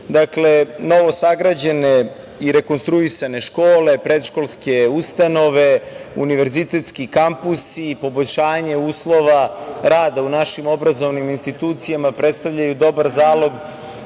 dakle novo sagrađene i rekonstruisane škole, predškolske ustanove, univerzitetski kampusi i poboljšanje uslova rada u našim obrazovnim institucijama predstavljaju dobar zalog